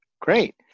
Great